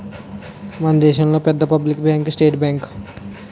మన దేశంలో పెద్ద పబ్లిక్ బ్యాంకు స్టేట్ బ్యాంకు